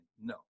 No